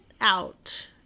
out